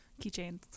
keychains